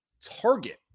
target